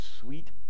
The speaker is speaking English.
sweet